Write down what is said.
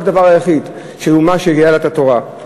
רק הדבר היחיד: אומה שידעה את התורה.